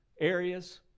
areas